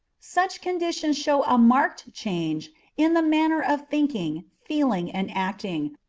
such conditions show a marked change in the manner of thinking, feeling, and acting,